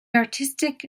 artistic